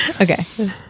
Okay